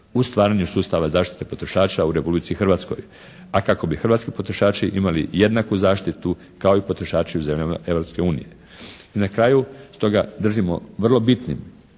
u stvaranju sustava zaštite potrošača u Republici Hrvatskoj, a kako bi hrvatski potrošači imali jednaku zaštitu kao i potrošači u zemljama Europske unije. I na kraju, stoga držimo vrlo bitnim